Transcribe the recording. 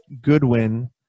Goodwin